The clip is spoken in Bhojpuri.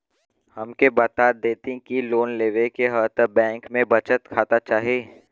हमके बता देती की लोन लेवे के हव त बैंक में बचत खाता चाही?